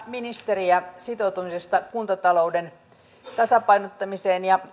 ministeriä sitoutumisesta kuntatalouden tasapainottamiseen ja